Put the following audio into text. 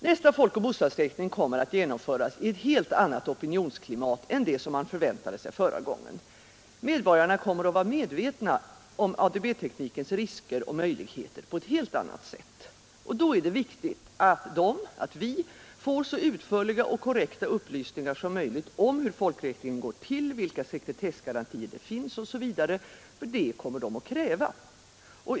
Nästa folkoch bostadsräkning kommer att genomföras i ett helt annat opinionsklimat än det man förväntade sig förra gången. Medborgarna kommer att vara medvetna om ADB-teknikens risker och möjligheter på ett helt annat sätt. Då är det viktigt att de — att vi — får så utförliga och korrekta upplysningar som möjligt om hur folkräkningen går till, vilka sekretessgarantier som finns osv., för det kommer man att kräva.